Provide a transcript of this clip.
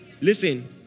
Listen